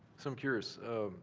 so, i'm curious,